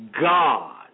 God